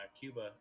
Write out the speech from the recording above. Cuba